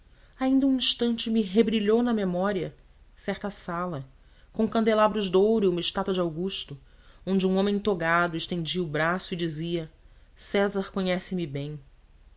ainda um instante me rebrilhou na memória certa sala com candelabros de ouro e uma estátua de augusto onde um homem togado estendia o braço e dizia césar conhece-me bem